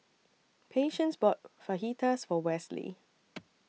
Patience bought Fajitas For Westley